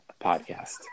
podcast